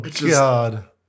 God